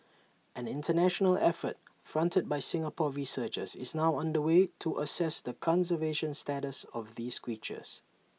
an International effort fronted by Singapore researchers is now under way to assess the conservation status of these creatures